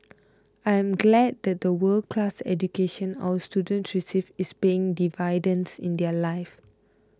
I am glad that the world class education our students receive is paying dividends in their lives